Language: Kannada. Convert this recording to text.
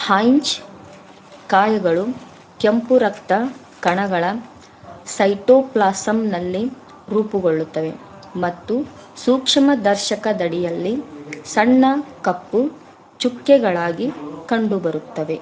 ಹೈಂಜ್ ಕಾಯಗಳು ಕೆಂಪು ರಕ್ತ ಕಣಗಳ ಸೈಟೋಪ್ಲಾಸಮ್ನಲ್ಲಿ ರೂಪುಗೊಳ್ಳುತ್ತವೆ ಮತ್ತು ಸೂಕ್ಷ್ಮದರ್ಶಕದಡಿಯಲ್ಲಿ ಸಣ್ಣ ಕಪ್ಪು ಚುಕ್ಕೆಗಳಾಗಿ ಕಂಡುಬರುತ್ತವೆ